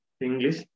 English